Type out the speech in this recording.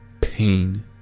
pain